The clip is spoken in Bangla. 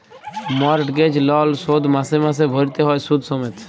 মর্টগেজ লল শোধ মাসে মাসে ভ্যইরতে হ্যয় সুদ সমেত